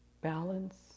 balance